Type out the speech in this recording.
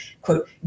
quote